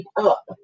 up